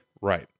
right